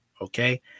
Okay